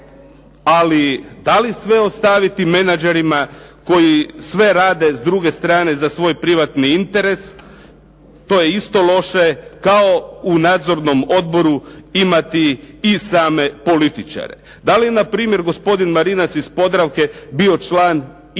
ali da li sve ostaviti menađerima koji sve rade s druge strane za svoj privatni interes, to je isto loše kao u nadzornom odboru imati i same političare. Da li je na primjer gospodin Marinac iz Podravke bio član